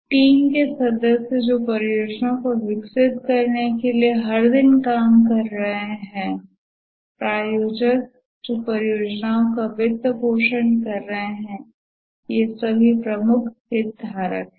team के सदस्य जो परियोजना को विकसित करने के लिए हर दिन काम कर रहे हैं प्रायोजक जो परियोजना का वित्तपोषण कर रहे हैं ये प्रमुख हितधारक हैं